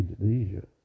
Indonesia